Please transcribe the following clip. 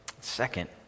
second